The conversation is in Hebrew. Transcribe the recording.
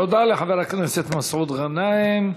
תודה לחבר הכנסת מסעוד גנאים.